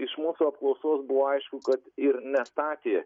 iš mūsų apklausos buvo aišku kad ir nestatė